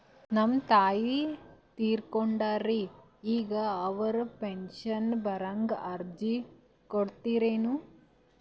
ನಮ್ ತಾಯಿ ತೀರಕೊಂಡಾರ್ರಿ ಈಗ ಅವ್ರ ಪೆಂಶನ್ ಬರಹಂಗ ಅರ್ಜಿ ಕೊಡತೀರೆನು?